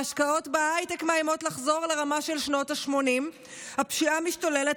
ההשקעות בהייטק מאיימות לחזור לרמה של שנות השמונים הפשיעה משתוללת,